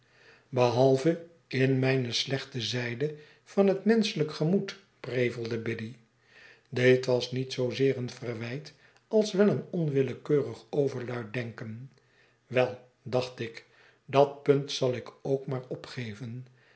behalve in nrijne slechte zijde van het menschelljk gemoed prevelde biddy dit was niet zoozeer een verwijt als wel een onwillekeurig overluid denken wel dacht ik dat punt zal ik ook maar opgeven